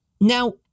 Now—